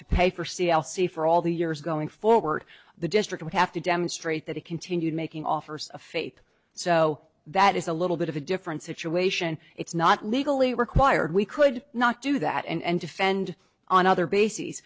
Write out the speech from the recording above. to pay for c l c for all the years going forward the district would have to demonstrate that it continued making offers of faith so that is a little bit of a different situation it's not legally required we could not do that and defend on other bases